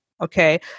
Okay